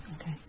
Okay